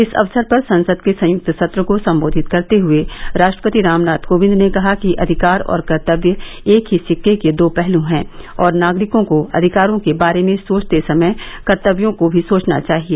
इस अवसर पर संसद के संयुक्त सत्र को संबोधित करते हए राष्ट्रपति रामनाथ कोविंद ने कहा कि अधिकार और कर्तव्य एक ही सिक्के के दो पहलू है और नागरिकों को अधिकारों के बारे में सोचते समय कर्तव्यों का भी सोचना चाहिए